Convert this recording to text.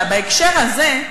בהקשר הזה,